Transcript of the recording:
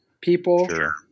people